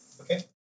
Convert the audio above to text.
Okay